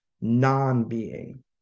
non-being